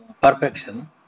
perfection